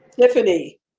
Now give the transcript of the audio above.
Tiffany